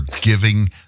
giving